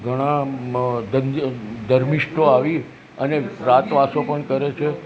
ઘણાં ધર્મિષ્ઠો આવી અને રાતવાસો પણ કરે છે